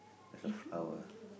that's a flower